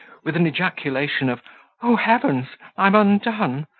with an ejaculation of o heavens! i'm undone,